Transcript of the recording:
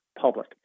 public